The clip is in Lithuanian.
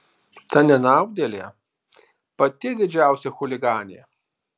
ta nenaudėlė pati didžiausia chuliganė